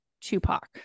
Tupac